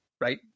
right